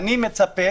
אני מצפה